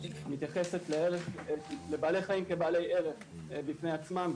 מתייחסת לבעלי חיים כבעלי ערך בפני עצמם,